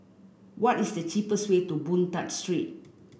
what is the cheapest way to Boon Tat Street